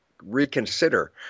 reconsider